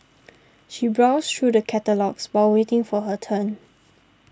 she browsed through the catalogues while waiting for her turn